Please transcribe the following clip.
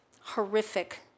horrific